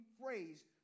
phrase